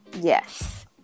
Yes